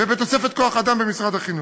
ובתוספת כוח-אדם במשרד החינוך.